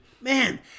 man